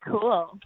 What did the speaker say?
cool